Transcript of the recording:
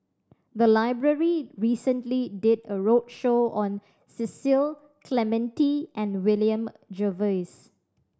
the library recently did a roadshow on Cecil Clementi and William Jervois